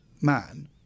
man